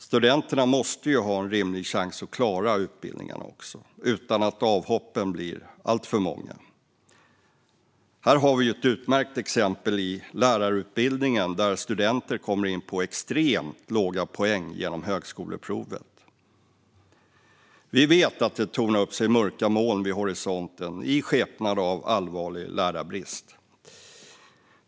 Studenterna måste ju ha en rimlig chans att klara utbildningarna också, utan att avhoppen blir alltför många. Här har vi ett utmärkt exempel i lärarutbildningen, där studenter kommer in på extremt låga poäng genom högskoleprovet. Vi vet att det tornar upp sig mörka moln vid horisonten i skepnad av allvarlig lärarbrist.